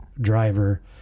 driver